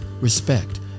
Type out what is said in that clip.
respect